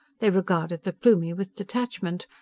they regarded the plumie with detachment,